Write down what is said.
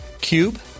cube